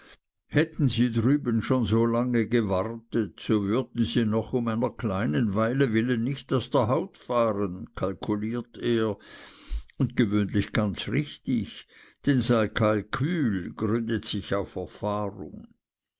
hätten sie drüben schon so lange gewartet so würden sie noch um einer kleinen weile willen nicht aus der haut fahren kalkuliert er und gewöhnlich ganz richtig denn sein kalkul gründet sich auf erfahrung